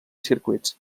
circuits